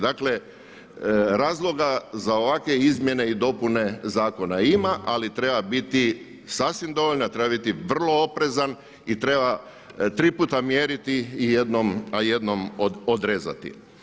Dakle, razloga za ovakve izmjene i dopune zakona ima, ali treba biti sasvim dovoljna, treba biti vrlo oprezan i treba tri puta mjeriti a jednom odrezati.